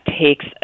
takes